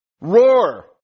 roar